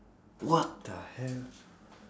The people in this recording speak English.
what the hell